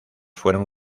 fueron